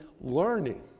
learning